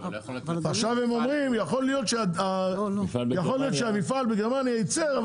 עכשיו הם טוענים שיכול להיות שהמפעל בגרמניה ייצר,